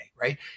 right